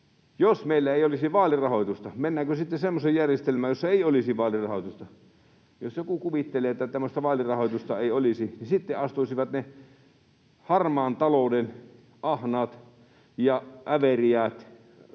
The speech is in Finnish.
Jos meillä ei olisi vaalirahoitusta — mennäänkö sitten semmoiseen järjestelmään, jossa ei olisi vaalirahoitusta? Jos joku kuvittelee, että tämmöistä vaalirahoitusta ei olisi, niin sitten astuisivat siihen ne harmaan talouden ahnaat ja äveriäät tukijat,